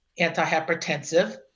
antihypertensive